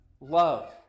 love